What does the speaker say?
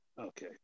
Okay